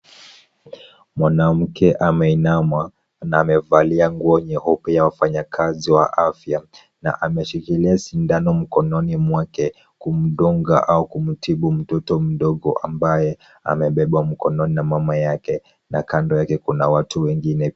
Mwanamke ameinama na amevalia nguo nyeupe ya wafanyakazi wa afya na ameshikilia sindano mkononi mwake kumdunga au kumtibu mtoto mdogo ambaye amebebwa mkononi na mama yake na kando yake kuna watu wengine.